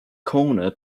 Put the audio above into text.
corner